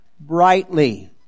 brightly